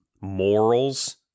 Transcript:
morals